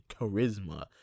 charisma